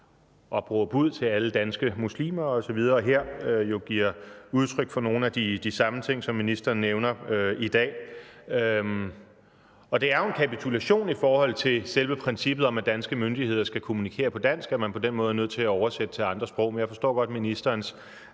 opråb ud til alle danske muslimer osv. og her giver udtryk for nogle af de samme ting, som ministeren nævner i dag. Og det er jo en kapitulation i forhold til selve princippet om, at danske myndigheder skal kommunikere på dansk, at man på den måde er nødt til at oversætte til andre sprog, men jeg forstår godt ministerens